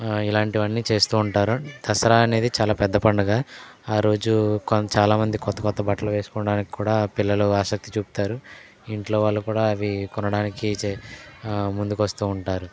ఇలాంటివన్నీ చేస్తూ ఉంటారు దసరా అనేది చాలా పెద్ద పండగ ఆ రోజు కొన్ని చాలా మంది కొత్త కొత్త బట్టలు వేసుకొనడానికి కూడా పిల్లలు ఆసక్తి చూపుతారు ఇంట్లో వాళ్ళు కూడా అవి కొనడానికి ముందుకొస్తూ ఉంటారు